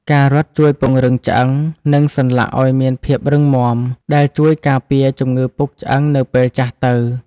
ការរត់ជួយពង្រឹងឆ្អឹង និងសន្លាក់ឱ្យមានភាពរឹងមាំ ដែលជួយការពារជំងឺពុកឆ្អឹងនៅពេលចាស់ទៅ។